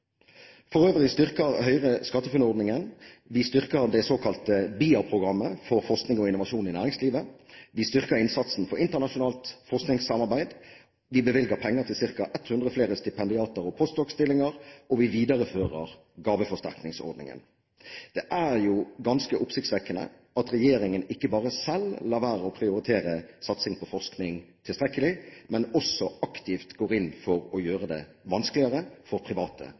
styrker Høyre SkatteFUNN-ordningen, vi styrker det såkalte BIA-programmet for forskning og innovasjon i næringslivet, vi styrker innsatsen for internasjonalt forskningssamarbeid, vi bevilger penger til ca. 100 flere stipendiater og post doc.-stillinger, og vi viderefører gaveforsterkningsordningen. Det er jo ganske oppsiktsvekkende at regjeringen ikke bare selv lar være å prioritere satsing på forskning tilstrekkelig, men også aktivt går inn for å gjøre det vanskeligere for private